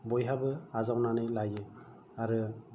बयहाबो आजावनानै लायो आरो